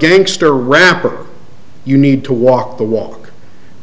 gangster rapper you need to walk the walk